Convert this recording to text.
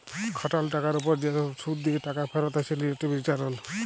খাটাল টাকার উপর যে সব শুধ দিয়ে টাকা ফেরত আছে রিলেটিভ রিটারল